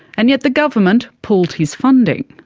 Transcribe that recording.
and yet the government pulled his funding,